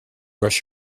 brush